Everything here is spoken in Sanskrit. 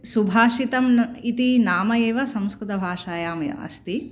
सुभाषितम् न इति नाम एव संस्कृतभाषायाम् अस्ति